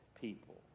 people